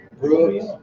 Brooks